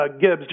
Gibbs